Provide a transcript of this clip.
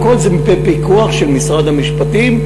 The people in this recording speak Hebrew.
הכול בפיקוח של משרד המשפטים,